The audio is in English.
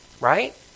right